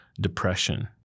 depression